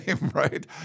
right